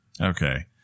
Okay